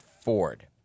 Ford